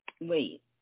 wait